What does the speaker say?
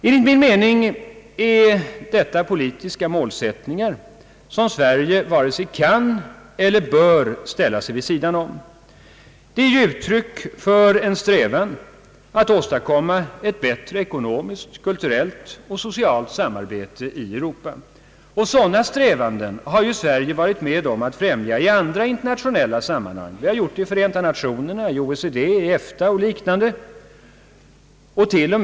Enligt min mening är detta politiska målsättningar, som Sverige varken kan eller bör ställa sig vid sidan om. De är ju uttryck för en strävan att åstadkomma ett bättre ekonomiskt, kulturellt och socialt samarbete i Europa. Sådana strävanden har ju Sverige varit med om att främja i andra internationella sammanhang. Vi har gjort det i Förenta Nationerna, OECD, EFTA och liknande organisationer.